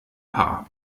paar